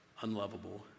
unlovable